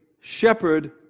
shepherd